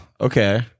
Okay